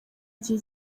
gihe